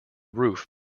roof